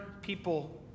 people